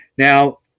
Now